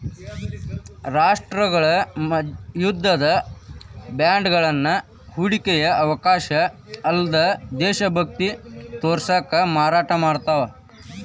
ರಾಷ್ಟ್ರಗಳ ಯುದ್ಧದ ಬಾಂಡ್ಗಳನ್ನ ಹೂಡಿಕೆಯ ಅವಕಾಶ ಅಲ್ಲ್ದ ದೇಶಭಕ್ತಿ ತೋರ್ಸಕ ಮಾರಾಟ ಮಾಡ್ತಾವ